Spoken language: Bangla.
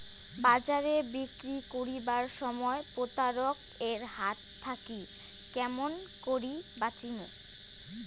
বাজারে বিক্রি করিবার সময় প্রতারক এর হাত থাকি কেমন করি বাঁচিমু?